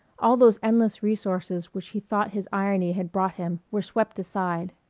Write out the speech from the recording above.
all those endless resources which he thought his irony had brought him were swept aside.